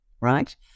Right